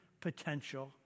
potential